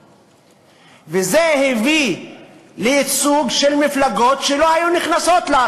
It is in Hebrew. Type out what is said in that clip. וזה הביא לייצוג של מפלגות שלא היו נכנסות שם,